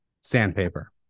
sandpaper